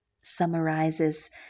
summarizes